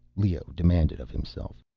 leoh demanded of himself.